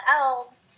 Elves